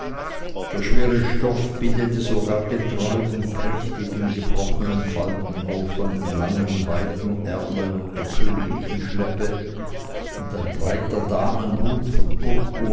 der schwere stoff bildete sogar getreu den prächtigen gebrochenen faltenwurf an den weiten langen ärmeln und der königlichen schleppe und ein breiter damenhut von